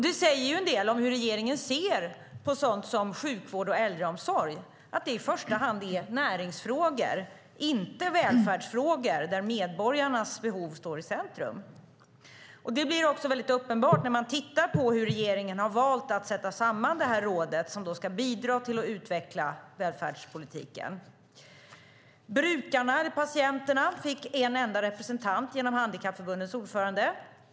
Det säger en del om hur regeringen ser på sådant som sjukvård och äldreomsorg - i första hand som näringsfrågor och inte som välfärdsfrågor där medborgarnas behov står i centrum. Det blir också uppenbart när man tittar på hur regeringen har valt att sätta samman detta råd, som ska bidra till att utveckla välfärdspolitiken. Brukarna eller patienterna fick en enda representant genom Handikappförbundens ordförande.